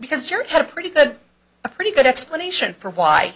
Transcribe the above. because jurors had a pretty good a pretty good explanation for why